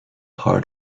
hard